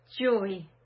joy